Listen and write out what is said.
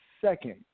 second